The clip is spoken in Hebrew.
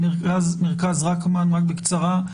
מרכז רקמן, בקצרה.